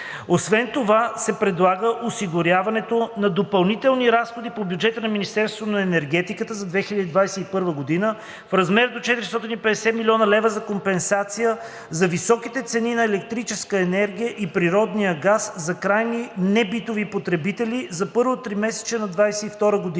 Освен това се предлага осигуряването на допълнителни разходи по бюджета на Министерството на енергетиката за 2021 г. в размер до 450 млн. лв. за компенсация за високите цени на електрическата енергия и природния газ за крайните небитови потребители за първото тримесечие на 2022 г.